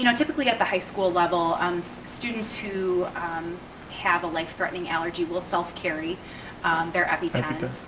you know typically at the high school level, um so students who have a life threatening allergy will self-carry their epipen.